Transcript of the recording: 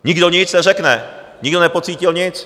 Nikdo nic neřekne, nikdo nepocítil nic.